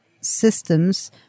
systems